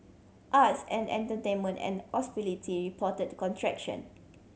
arts and entertainment and hospitality reported to contraction